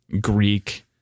Greek